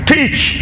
Teach